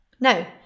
Now